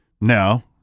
No